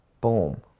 Boom